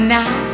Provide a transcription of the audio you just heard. now